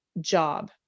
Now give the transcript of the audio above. job